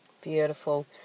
Beautiful